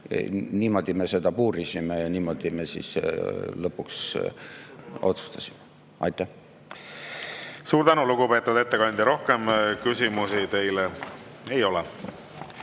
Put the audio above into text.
niimoodi me seda puurisime ja niimoodi me siis lõpuks otsustasime. Suur tänu, lugupeetud ettekandja! Rohkem küsimusi teile ei ole.